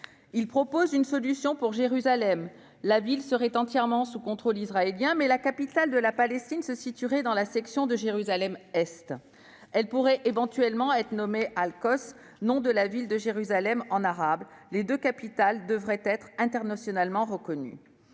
Il propose une solution pour Jérusalem : la ville serait entièrement sous contrôle israélien, mais la capitale de la Palestine se situerait dans la section de Jérusalem-Est. Elle pourrait éventuellement être nommée Al-Quds, nom de la ville de Jérusalem en arabe. Les deux capitales devraient être internationalement reconnues.